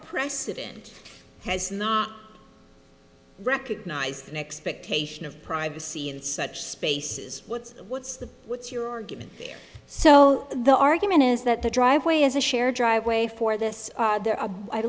precedent has not recognized an expectation of privacy in such spaces what's what's the what's your argument there so the argument is that the driveway is a shared driveway for this